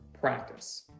practice